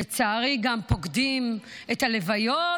לצערי גם פוקדים את הלוויות.